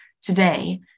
today